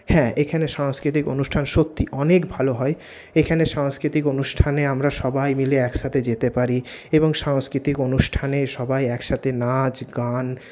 হ্যাঁ এখানে সাংস্কৃতিক অনুষ্ঠান সত্যি অনেক ভালো হয় এখানে সাংস্কৃতিক অনুষ্ঠানে আমরা সবাই মিলে একসাথে যেতে পারি এবং সাংস্কৃতিক অনুষ্ঠানে সবাই একসাথে নাচ গান